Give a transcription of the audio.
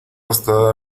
está